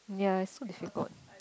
ya it's so difficult